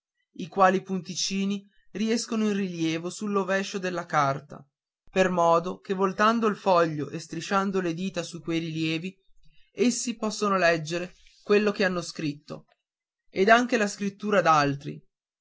i quali punticini riescono in rilievo sul rovescio della carta per modo che voltando il foglio e strisciando le dita su quei rilievi essi possono leggere quello che hanno scritto ed anche la scrittura d'altri